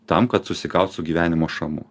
tam kad susikaut su gyvenimo šamu